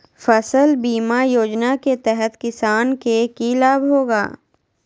फसल बीमा योजना के तहत किसान के की लाभ होगा?